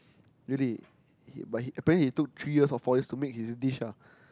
really he but apparently he took three years or four years to make his dish ah